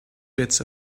bits